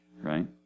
right